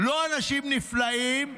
לא אנשים נפלאים,